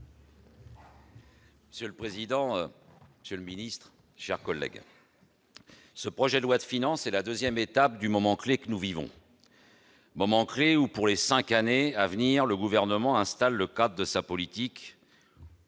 Monsieur le président, monsieur le secrétaire d'État, mes chers collègues, ce projet de loi de finances est la deuxième étape du moment clé que nous vivons ; moment clé où, pour les cinq années à venir, le Gouvernement installe le cadre de sa politique.